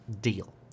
deal